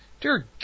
Dear